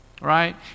right